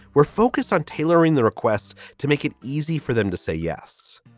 we're focused on tailoring the requests to make it easy for them to say yes.